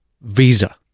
visa